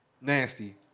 Nasty